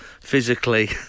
physically